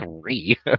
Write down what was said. three